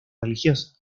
religiosa